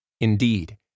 Indeed